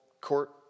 court